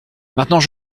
maintenant